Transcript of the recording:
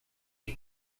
sus